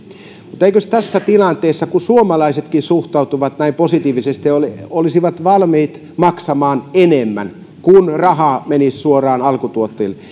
mutta eikös tässä tilanteessa kun suomalaisetkin suhtautuvat näin positiivisesti että olisivat valmiit maksamaan enemmän kun raha menisi suoraan alkutuottajille